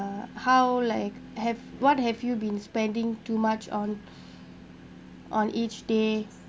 uh how like have what have you been spending too much on on each day